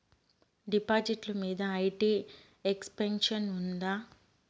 డిపాజిట్లు మీద IT exemption ఉందా?